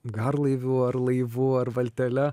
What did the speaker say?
garlaiviu ar laivu ar valtele